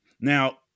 Now